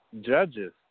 judges